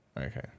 okay